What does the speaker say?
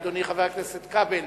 אדוני חבר הכנסת כבל,